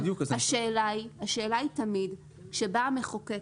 אבל השאלה היא תמיד כשבא המחוקק